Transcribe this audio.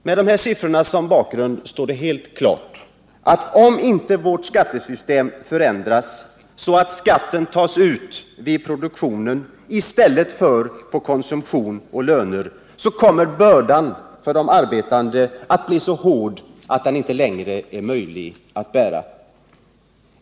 Med de här siffrorna som bakgrund står det helt klart att om inte vårt skattesystem förändras så, att skatten tas ut i produktionen i stället för på konsumtion och löner, kommer bördan för de arbetande att bli så tung att den inte längre blir möjlig att bära.